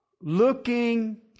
looking